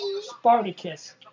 Spartacus